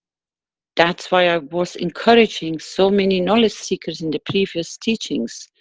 that's why i was encouraging so many knowledge seekers in the previous teachings.